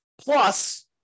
Plus